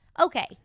Okay